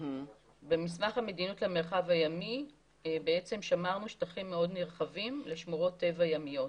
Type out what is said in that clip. במסמך המדיניות למרחב הימי שמרנו שטחים מאוד נרחבים לשמורות טבע ימיות.